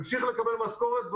ימשיך לקבל משכורת,